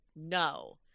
No